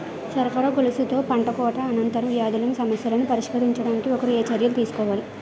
సరఫరా గొలుసులో పంటకోత అనంతర వ్యాధుల సమస్యలను పరిష్కరించడానికి ఒకరు ఏ చర్యలు తీసుకోవాలి?